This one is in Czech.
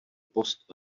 post